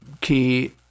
key